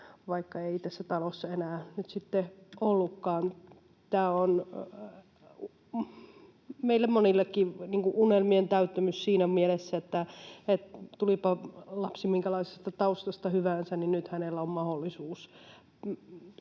vaikka ei tässä talossa enää nyt sitten ollutkaan. Tämä on meille monillekin unelmien täyttymys siinä mielessä, että tulipa lapsi minkälaisesta taustasta hyvänsä, niin nyt hänellä on mahdollisuus